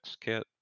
kit